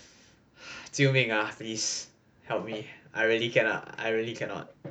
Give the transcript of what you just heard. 救命啊 please help me I really cannot I really cannot